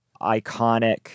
iconic